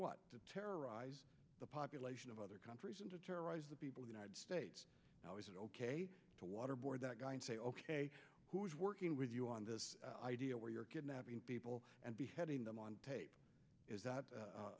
what to terrorize the population of other countries and to terrorize the people united states now is it ok to waterboard that guy and say ok who's working with you on this idea where you're kidnapping people and beheading them on tape is that